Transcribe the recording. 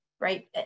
right